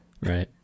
Right